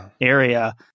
area